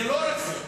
זה לא רק זה.